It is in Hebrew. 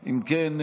אם כן,